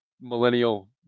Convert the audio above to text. millennial